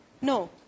No